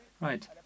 Right